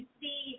see